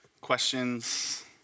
Questions